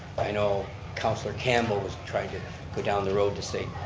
i know councillor campbell was trying to go down the road to say,